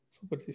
Super